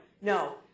No